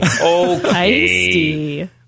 okay